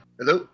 Hello